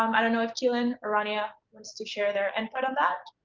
um i don't know if kealan or rania wants to share their input on that?